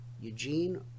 eugene